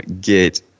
get